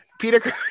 Peter